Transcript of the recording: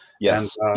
Yes